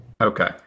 Okay